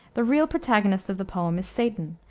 the real protagonist of the poem is satan,